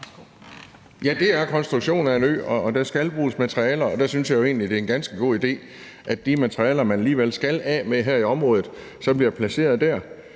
Ja, det er en konstruktion af en ø, og der skal bruges materialer. Og der synes jeg jo egentlig, det er en ganske god idé, at de materialer, man alligevel skal af med her i området, så bliver placeret der,